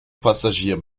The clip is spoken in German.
passagier